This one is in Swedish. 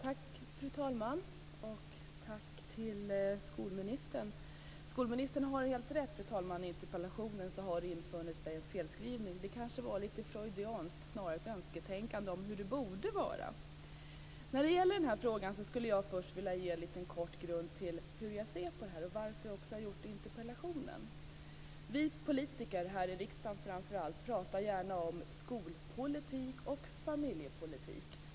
Fru talman! Tack till skolministern. Skolministern har helt rätt, det har infunnit sig en felskrivning i interpellationen. Det var kanske lite freudianskt, ett önsketänkande av hur det borde vara. Jag skulle vilja ge en kort bakgrund till hur jag ser på denna fråga och varför jag har väckt interpellationen. Vi politiker, framför allt i riksdagen, pratar gärna om skolpolitik och familjepolitik.